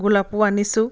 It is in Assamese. গোলাপো আনিছোঁ